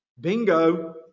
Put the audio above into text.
Bingo